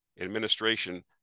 administration